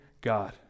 God